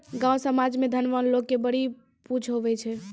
गाँव समाज मे धनवान लोग के बड़ी पुछ हुवै छै